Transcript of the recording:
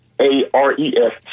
A-R-E-S